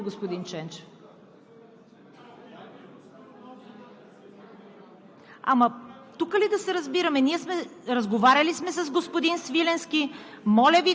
Не, давам на господин Ченчев процедура. Заповядайте, господин Ченчев.